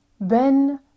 ben